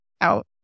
out